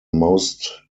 most